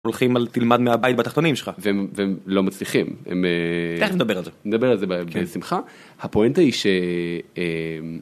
הולכים על תלמד מהבית בתחתונים שלך והם לא מצליחים לדבר על זה נדבר על זה בשמחה, הפואנטה היא ש...